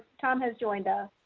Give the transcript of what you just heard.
tom has joined us.